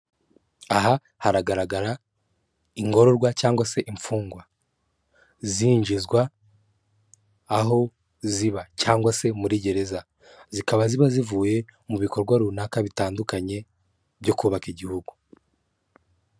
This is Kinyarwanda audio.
Aha hagaragara ingororwa cyangwa se imfungwa. Zinjizwa aho ziba cyangwa se muri gereza. Zikaba ziba zivuye mu bikorwa runaka bitandukanye, byo kubaka igihugu.